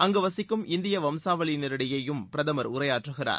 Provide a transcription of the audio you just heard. அங்கு வசிக்கும் இந்திய வம்சாவளியினரிடையேயும் பிரதமர் உரையாற்றுகிறார்